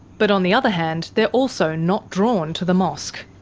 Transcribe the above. but on the other hand, they're also not drawn to the mosque.